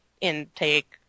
intake